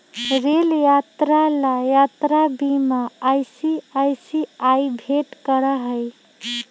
rail यात्रा ला यात्रा बीमा आई.सी.आई.सी.आई भेंट करा हई